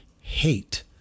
hate